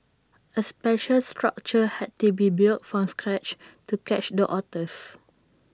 A special structure had to be built from scratch to catch the otters